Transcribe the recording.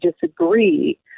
disagree